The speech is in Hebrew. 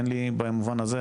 אין לי במובן הזה,